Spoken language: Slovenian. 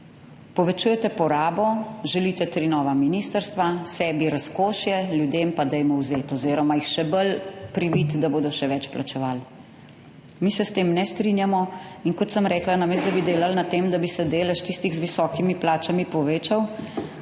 povečujete porabo, želite tri nova ministrstva, sebi razkošje, ljudem pa dajmo vzeti oziroma jih še bolj priviti, da bodo še več plačevali. Mi se s tem ne strinjamo in kot sem rekla, namesto, da bi delali na tem, da bi se delež tistih z visokimi plačami povečal,